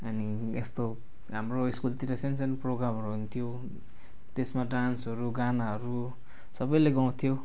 अनि यस्तो हाम्रो स्कुलतिर सानो सानो प्रोग्रामहरू हुन्थ्यो त्यसमा डान्सहरू गानाहरू सबैले गाउँथ्यो